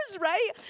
right